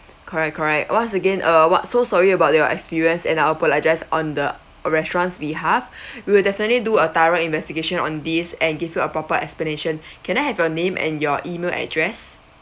correct correct once again uh what so sorry about your experience and I apologise on the restaurant's behalf we will definitely do a thorough investigation on these and give you a proper explanation can I have your name and your email address